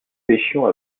pêchions